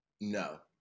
No